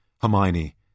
Hermione